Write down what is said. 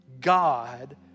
God